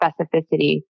specificity